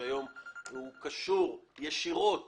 היום הוא קשור ישירות